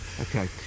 Okay